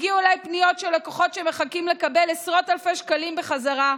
הגיעו אליי פניות של לקוחות שמחכים לקבל עשרות אלפי שקלים בחזרה,